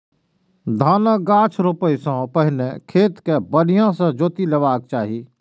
धानक गाछ रोपै सं पहिने खेत कें बढ़िया सं जोति लेबाक चाही